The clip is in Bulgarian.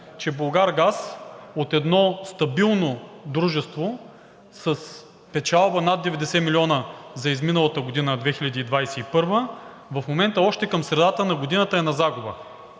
че „Булгаргаз“ от едно стабилно дружество с печалба над 90 милиона за изминалата година – 2021 г., в момента още към средата на годината е на загуба,